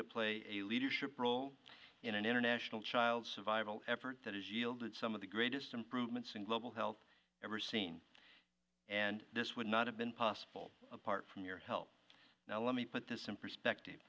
to play a leadership role in an international child survival effort that has yielded some of the greatest improvements in global health ever seen and this would not have been possible apart from your health now let me put this in perspective